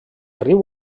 riu